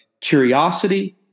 curiosity